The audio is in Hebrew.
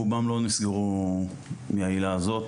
רובם לא נסגרו מהעילה הזו.